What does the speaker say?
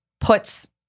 puts